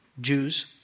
Jews